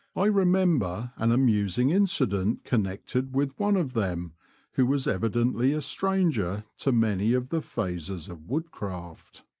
i remember an amusing incident connected with one of them who was evidently a stranger to many of the phases of woodcraft.